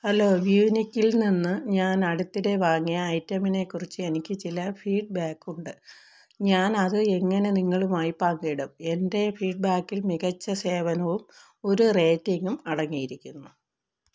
hello വ്യൂനെക്കിനിൽ നിന്ന് ഞാൻ അടുത്തിടെ വാങ്ങിയ ഐറ്റമിനെക്കുറിച്ച് എനിക്ക് ചില ഫീഡ്ബാക്ക് ഉണ്ട് ഞാൻ അത് എങ്ങനെ നിങ്ങളുമായി പങ്കിടും എൻ്റെ ഫീഡ്ബാക്കിൽ മികച്ച സേവനവും ഒരു റേറ്റിംഗും അടങ്ങിയിരിക്കുന്നു